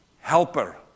helper